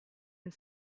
and